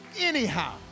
anyhow